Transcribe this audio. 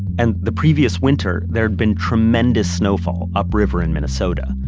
and the previous winter there had been tremendous snowfall up river in minnesota,